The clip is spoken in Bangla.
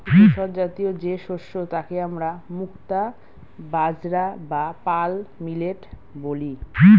ধূসরজাতীয় যে শস্য তাকে আমরা মুক্তা বাজরা বা পার্ল মিলেট বলি